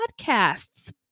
podcasts